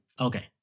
Okay